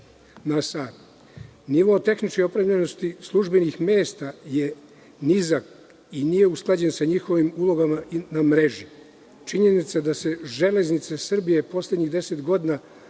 na sat. Nivo tehničke opremljenosti službenih mesta je nizak i nije usklađen sa njihovim ulogama na mreži. Činjenica da se Železnice Srbije u poslednjih 10 godina